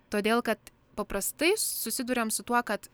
todėl kad paprastai susiduriam su tuo kad